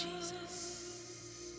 Jesus